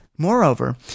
Moreover